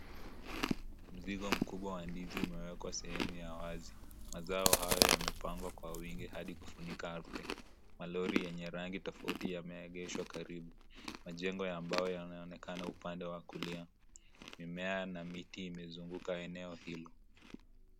Mzigo mkubwa wa ndizi umewekwa sehemu ya wazi. Mazao haya yamepangwa kwa wingi hadi kufunika ardi. Magari yenye rangi tofauti yameegeshwa karibu. Majengo ambayo yanaonekana upande wa kulia. Mimea na miti imezunguka eneo hilo.